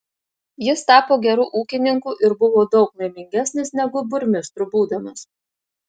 jis tapo geru ūkininku ir buvo daug laimingesnis negu burmistru būdamas